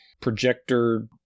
projector